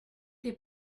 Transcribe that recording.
des